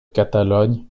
catalogne